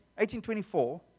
1824